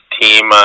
team